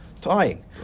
tying